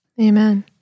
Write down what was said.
Amen